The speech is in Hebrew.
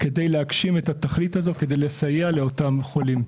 כדי להגשים את התכלית הזו כדי לסייע לאותם חולים.